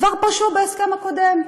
כבר פרשו בהסכם הקודם.